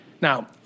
Now